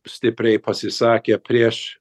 stipriai pasisakė prieš